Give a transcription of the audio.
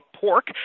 pork